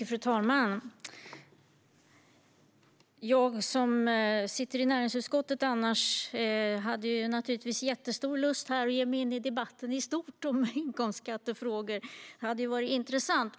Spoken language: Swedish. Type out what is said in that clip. Fru talman! Jag som annars sitter i näringsutskottet hade naturligtvis jättestor lust att ge mig in i debatten i stort om inkomstskattefrågor - det skulle vara intressant.